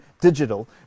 digital